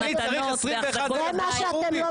בגלל זה אתם עסוקים במתנות וב --- זה מה שאתם לא